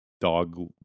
dog